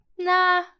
nah